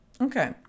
okay